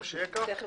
אבל חשוב